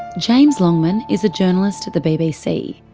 james longman is a journalist at the bbc.